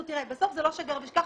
בסוף, זה לא שגר ושכח.